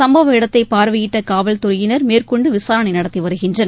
சம்பவ இடத்தைபார்வையிட்டகாவல்துறையினர் மேற்கொண்டுவிசாரணைநடத்திவருகின்றனர்